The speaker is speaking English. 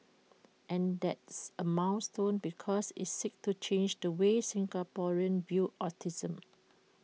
and that's A milestone because IT seeks to change the way Singaporeans view autism